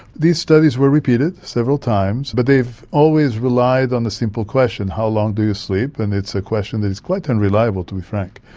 these studies were repeated several times, but they've always relied on the simple question how long do you sleep? and it's a question that is quite unreliable, to be frank.